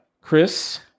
Chris